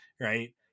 right